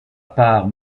part